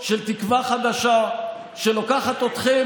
גם מתן כהנא רצה להיות בוועדה לבחירת דיינים,